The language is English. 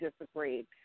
disagreed